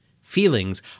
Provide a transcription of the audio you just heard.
Feelings